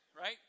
right